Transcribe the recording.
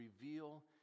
reveal